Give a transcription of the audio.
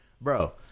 bro